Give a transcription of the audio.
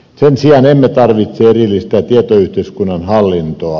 sen sijaan emme tarvitse erillistä tietoyhteiskunnan hallintoa